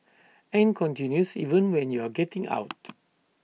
and continues even when you're getting out